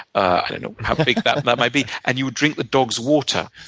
i don't know how big that that might be. and you would drink the dog's water.